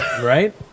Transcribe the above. Right